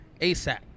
ASAP